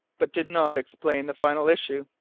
but did not explain the final issue.